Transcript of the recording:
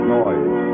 noise